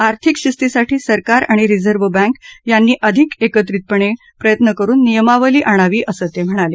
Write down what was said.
आर्थिक शिस्तीसाठी सरकार आणि रिझर्व्ह बँक यांनी अधिक एत्रितपणे प्रयत्न करुन नियमावली आणावी असं ते म्हणाले